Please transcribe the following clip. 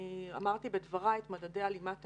אמרתי בדבריי את מדדי הלימת האשפוז.